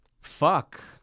Fuck